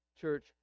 church